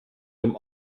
dem